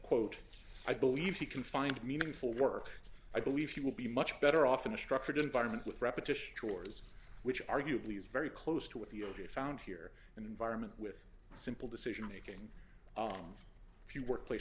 quote i believe you can find meaningful work i believe you will be much better off in a structured environment with repetition chores which arguably is very close to what the old you found here and environment with simple decision making if you workplace